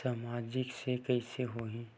सामाजिक से कइसे होही?